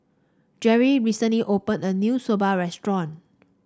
Jerri recently opened a new Soba restaurant